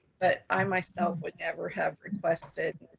but i myself would never have requested,